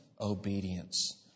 obedience